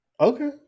Okay